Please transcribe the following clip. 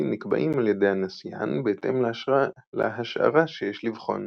נקבעים על ידי הנסיין בהתאם להשערה שיש לבחון